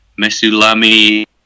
Mesulami